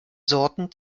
sorten